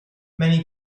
many